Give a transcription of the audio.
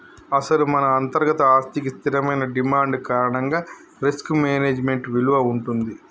అసలు మన అంతర్గత ఆస్తికి స్థిరమైన డిమాండ్ కారణంగా రిస్క్ మేనేజ్మెంట్ విలువ ఉంటుంది